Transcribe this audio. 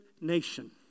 nation